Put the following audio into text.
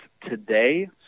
today